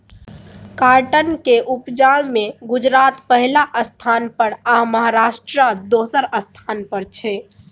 cotton केर उपजा मे गुजरात पहिल स्थान पर आ महाराष्ट्र दोसर स्थान पर छै